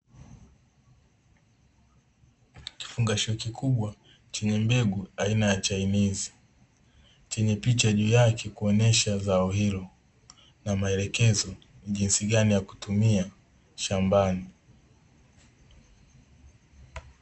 Kifungashio kikubwa chenye mbegu aina ya chainizi, chenye picha juu yake kuonyesha zao hilo na maelekezo jinsi gani ya kutumia shambani.